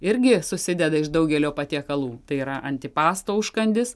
irgi susideda iš daugelio patiekalų tai yra antipasta užkandis